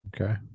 Okay